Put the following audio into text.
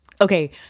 Okay